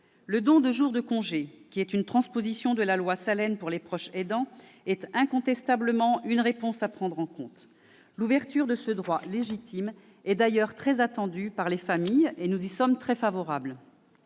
Le don de jours de congé aux proches aidants, transposition du dispositif de la loi Salen, est incontestablement une réponse à prendre en compte. L'ouverture de ce droit légitime est d'ailleurs très attendue par les familles, et nous y sommes très favorables.